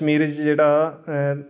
कश्मीर च जेह्ड़ा